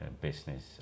business